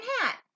hat